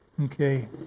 Okay